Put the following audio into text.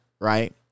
right